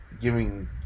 giving